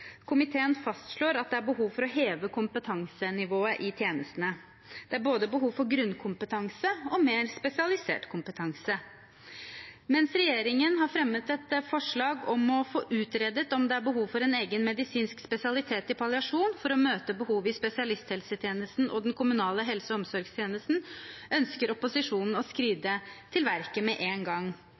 Komiteen fastslår at det er behov for å heve kompetansenivået i tjenestene. Det er både behov for grunnkompetanse og mer spesialisert kompetanse. Mens regjeringen har fremmet et forslag om å få utredet om det er behov for en egen medisinsk spesialitet i palliasjon for å møte behovet i spesialisthelsetjenesten og den kommunale helse- og omsorgstjenesten, ønsker opposisjonen å skride til verket med en gang.